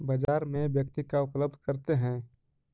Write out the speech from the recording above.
बाजार में व्यक्ति का उपलब्ध करते हैं?